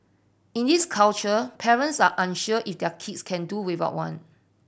in this culture parents are unsure if their kids can do without one